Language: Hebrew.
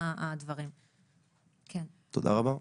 תודה רבה.